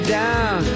down